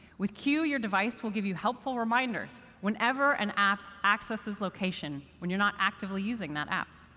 with q, your device will give you helpful reminders whenever an app accesses location when you're not actively using that app.